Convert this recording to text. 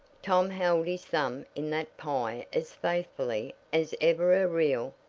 tom held his thumb in that pie as faithfully as ever a real,